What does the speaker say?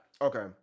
Okay